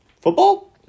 Football